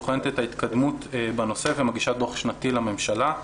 בוחנת את ההתקדמות בנושא ומגישה דוח שנתי לממשלה.